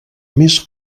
més